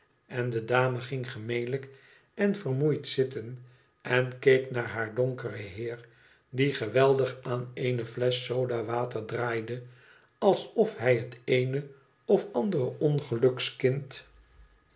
en de dame ging gemelijk en vermoeid zitten en keek naar haar donkeren heer die geweldig aan eene fiesch sodawater draaide alsof hij het eene of andere ongelukskind